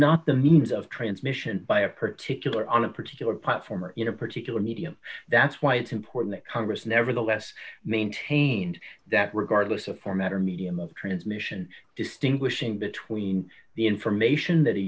not the means of transmission by a particular on a particular platform or in a particular medium that's why it's important that congress nevertheless maintained that regardless of format or medium of transmission distinguishing between the information that